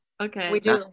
Okay